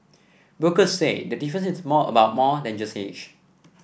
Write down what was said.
brokers say the difference is more about more than just age